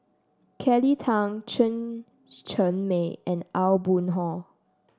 Kelly Tang Chen Cheng Mei and Aw Boon Haw